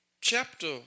chapter